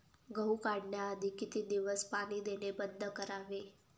गहू काढण्याआधी किती दिवस पाणी देणे बंद करावे?